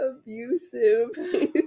abusive